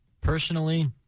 Personally